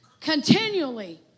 continually